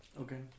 okay